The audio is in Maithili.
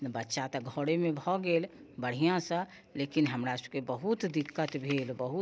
बच्चा तऽ घरेमे भऽ गेल बढ़िआँ से लेकिन हमरा सभकेँ बहुत दिक्कत भेल बहुत